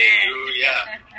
Hallelujah